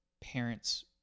parents